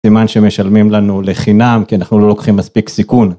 זמן שמשלמים לנו לחינם כי אנחנו לא לוקחים מספיק סיכון.